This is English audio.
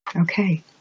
Okay